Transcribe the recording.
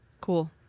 Cool